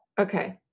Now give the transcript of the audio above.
okay